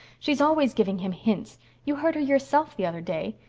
she's always giving him hints you heard her yourself the other day.